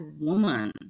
woman